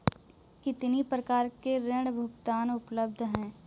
कितनी प्रकार के ऋण भुगतान उपलब्ध हैं?